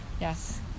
yes